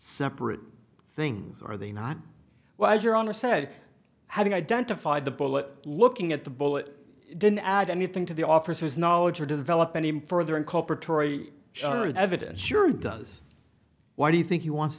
separate things are they not wise your honor said having identified the bullet looking at the bullet didn't add anything to the officer's knowledge or develop any further and copper tory sharrod evidence sure does why do you think he wants